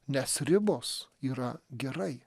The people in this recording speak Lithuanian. nes ribos yra gerai